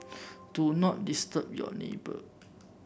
do not disturb your neighbour